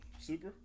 super